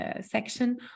section